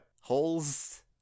holes